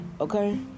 okay